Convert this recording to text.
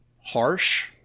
harsh